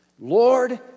Lord